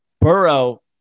Burrow